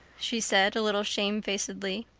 she said, a little shamefacedly.